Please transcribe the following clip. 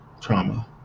trauma